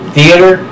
theater